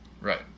right